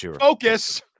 Focus